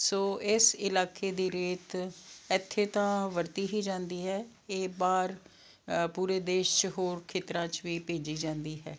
ਸੋ ਇਸ ਇਲਾਕੇ ਦੀ ਰੇਤ ਇੱਥੇ ਤਾਂ ਵਰਤੀ ਹੀ ਜਾਂਦੀ ਹੈ ਇਹ ਬਾਹਰ ਪੂਰੇ ਦੇਸ਼ 'ਚ ਹੋਰ ਖੇਤਰਾਂ 'ਚ ਵੀ ਭੇਜੀ ਜਾਂਦੀ ਹੈ